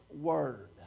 Word